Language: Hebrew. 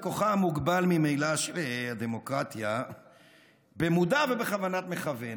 בכוחה המוגבל ממילא של הדמוקרטיה במודע ובכוונת מכוון.